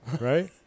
right